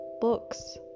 books